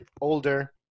older